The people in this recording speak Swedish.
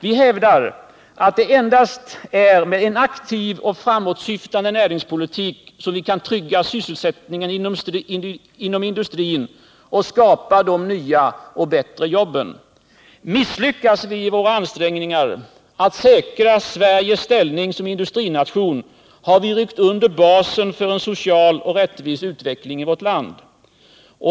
Vi hävdar att det endast är med en aktiv och framåtsyftande näringspolitik som vi kan trygga sysselsättningen inom industrin och skapa de nya och bättre jobben. Misslyckas vi i våra ansträngningar att säkra Sveriges ställning som industrination har vi ryckt undan basen för en social och rättvis utveckling i vårt land.